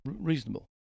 reasonable